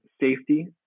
safety